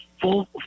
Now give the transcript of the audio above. full